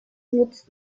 nutzt